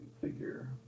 figure